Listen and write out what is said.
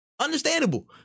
understandable